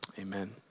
amen